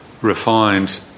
refined